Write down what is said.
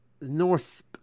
north –